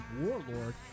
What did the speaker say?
warlord